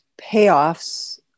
payoffs